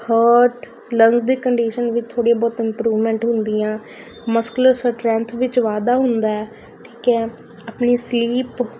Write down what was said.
heart lungs ਦੀ condition ਵੀ ਥੋੜ੍ਹੀ ਬਹੁਤ ਇੰਪਰੂਵਮੈਂਟ ਹੁੰਦੀਆਂ ਮਸਕਲਰ ਸਟਰੈਂਥ ਵਿੱਚ ਵਾਧਾ ਹੁੰਦਾ ਠੀਕ ਹੈ ਆਪਣੀ ਸਲੀਪ